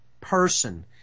person